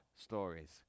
stories